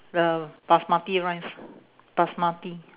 the basmati rice basmati